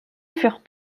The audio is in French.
furent